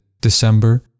December